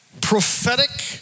Prophetic